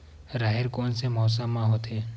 राहेर कोन से मौसम म होथे?